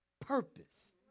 purpose